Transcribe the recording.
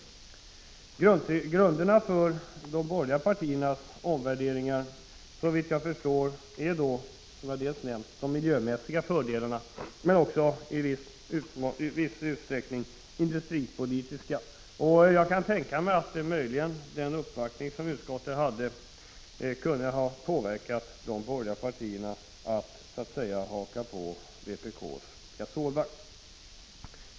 Grunderna för de borgerliga partiernas omvärdering är, som jag redan nämnt, de miljömässiga fördelarna men i viss utsträckning också industripolitiska sådana. Jag kan tänka mig att den uppvaktning som gjordes inför utskottet kan ha påverkat de borgerliga partierna att så att säga haka på vpk:s gasolvagn.